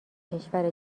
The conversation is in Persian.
کشور